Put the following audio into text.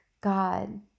God